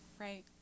right